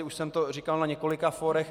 Už jsem to říkal na několika fórech.